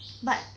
but